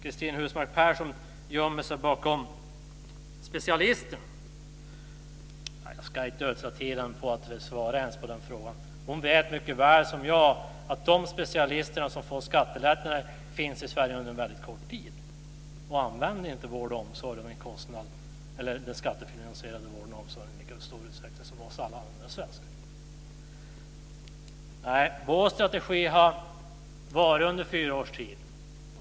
Cristina Husmark Pehrsson gömmer sig bakom specialisterna. Jag ska inte ödsla tid ens på att svara på den frågan. Hon vet lika väl som jag att de specialister som får skattelättnader finns i Sverige under en kort tid och använder inte den skattefinansierade vården och omsorgen i lika stor utsträckning som vi andra svenskar. Vår strategi har vi haft under fyra års tid.